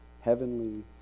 Heavenly